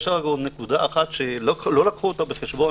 יש עוד נקודה שלא לקחו בחשבון,